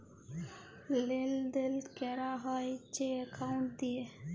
লেলদেল ক্যরা হ্যয় যে একাউল্ট দিঁয়ে